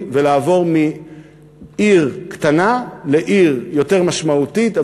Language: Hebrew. ולעבור מלהיות עיר קטנה להיות עיר יותר משמעותית,